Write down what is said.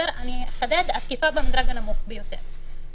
אני אחדד: התקיפה במדרג הנמוך ביותר.